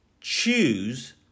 choose